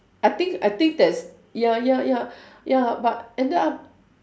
I think I think that is ya ya ya ya but ended up